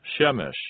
Shemesh